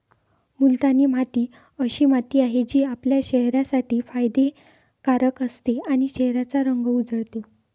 मुलतानी माती अशी माती आहे, जी आपल्या चेहऱ्यासाठी फायदे कारक असते आणि चेहऱ्याचा रंग उजळते